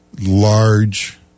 large